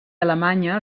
alemanya